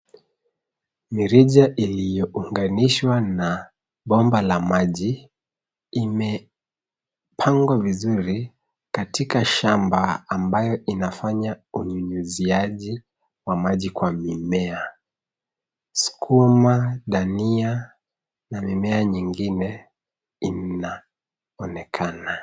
Mirija ilio unganishwa na bomba la maji ime pangwa vizuri katika shamba ambayo inafanya unyunyuziaji kwa mimea. Skuma, dhania na mimea nyingine inaonekana.